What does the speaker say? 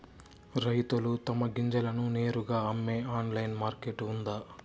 రైతులు తమ గింజలను నేరుగా అమ్మే ఆన్లైన్ మార్కెట్ ఉందా?